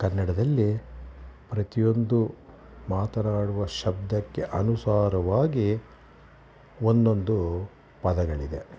ಕನ್ನಡದಲ್ಲಿ ಪ್ರತಿಯೊಂದು ಮಾತನಾಡುವ ಶಬ್ದಕ್ಕೆ ಅನುಸಾರವಾಗಿ ಒಂದೊಂದು ಪದಗಳಿದೆ